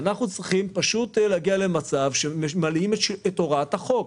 אנחנו צריכים להגיע למצב שהם ממלאים את הוראת החוק.